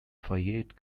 fayette